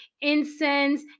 incense